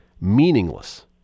meaningless